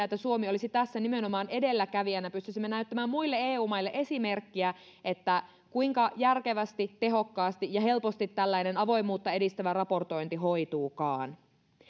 että suomi olisi tässä nimenomaan edelläkävijänä että pystyisimme näyttämään muille eu maille esimerkkiä kuinka järkevästi tehokkaasti ja helposti tällainen avoimuutta edistävä raportointi hoituukaan